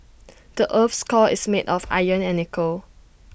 the Earth's core is made of iron and nickel